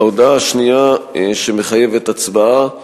ההודעה השנייה, שמחייבת הצבעה,